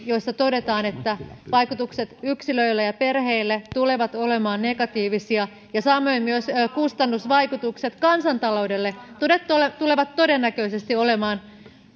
joissa todetaan että vaikutukset yksilöihin ja perheisiin tulevat olemaan negatiivisia ja samoin kustannusvaikutukset kansantaloudelle tulevat todennäköisesti olemaan